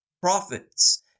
prophets